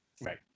Right